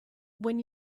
when